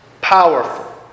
Powerful